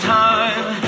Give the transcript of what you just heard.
time